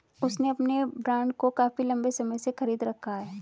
उसने अपने बॉन्ड को काफी लंबे समय से खरीद रखा है